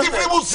אל תטיף לי מוסר.